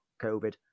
COVID